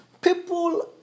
people